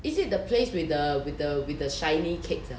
is it the place with the with the with the shiny cakes ah